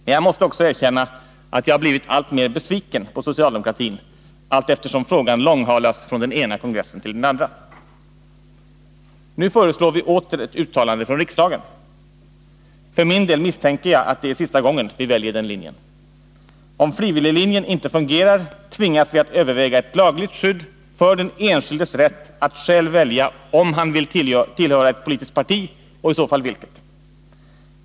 Men jag måste också erkänna att jag blivit alltmer besviken på socialdemokratin allteftersom frågan långhalas från den ena kongressen till den andra. Nu föreslår vi åter ett uttalande från riksdagen. För min del misstänker jag att det är sista gången vi väljer den linjen. Om frivilliglinjen inte fungerar tvingas vi att överväga ett lagligt skydd för den enskildes rätt att själv välja om han vill tillhöra ett politiskt parti och i så fall vilket.